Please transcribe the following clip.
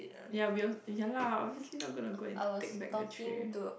ya we also ya lah obviously not gonna go and take back the tray